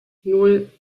nan